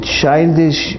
childish